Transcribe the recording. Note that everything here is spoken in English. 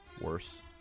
Worse